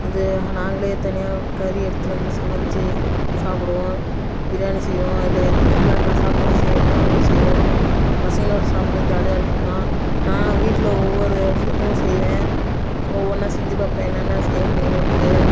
இது நாங்களே தனியாக கறி எடுத்துட்டு வந்து சமைச்சி சாப்பிடுவோம் பிரியாணி செய்வோம் இல்லை என்னென்ன சாப்பாடு செய்யணுமோ அதெல்லாம் செய்வோம் பசங்களோடு சாப்பிடுறது ஜாலியாக இருக்கும் தான் நான் வீட்டில் ஒவ்வொரு இதுவும் செய்வேன் ஒவ்வொன்னாக செஞ்சு பார்ப்பேன் என்னென்ன செய்ய முடியும்ன்ட்டு